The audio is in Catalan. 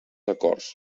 acords